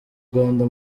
rwanda